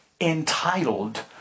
entitled